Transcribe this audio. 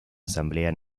asamblea